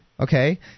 Okay